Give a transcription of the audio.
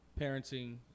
parenting